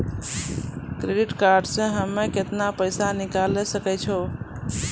Credit card से हम्मे केतना पैसा निकाले सकै छौ?